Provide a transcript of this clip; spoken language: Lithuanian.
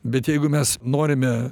bet jeigu mes norime